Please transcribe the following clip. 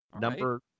Number